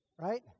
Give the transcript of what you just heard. right